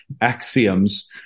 axioms